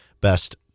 best